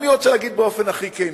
אני רוצה להגיד באופן הכי כן,